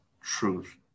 truth